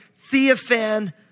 Theophan